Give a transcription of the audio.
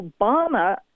Obama